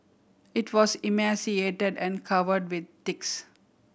it was emaciated and covered with ticks